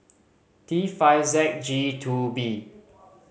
T five Z G Two B